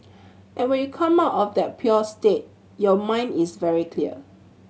and when you come out of that pure state your mind is very clear